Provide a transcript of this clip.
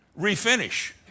refinish